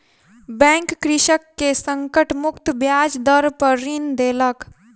bank कृषक के संकट मुक्त ब्याज दर पर ऋण देलक